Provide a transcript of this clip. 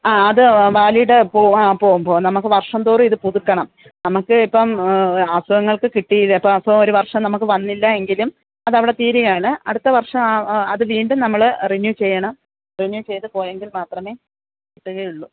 ആ അത് വാലിഡ് ആ പോം പോം നമുക്ക് വർഷം തോറും ഇത് പുതുക്കണം നമുക്ക് ഇപ്പം അസുഖങ്ങൾക്ക് കിട്ടിയില്ല ഇപ്പോൾ അസുഖം ഒരു വർഷം നമുക്ക് വന്നില്ല എങ്കിലും അത് അവിടെ തീരുകയാണ് അടുത്തവർഷം അത് വീണ്ടും നമ്മൾ റിന്യൂ ചെയ്യണം റിന്യൂ ചെയ്ത് പോയെങ്കിൽ മാത്രമേ കിട്ടുകയുള്ളൂ